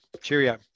Cheerio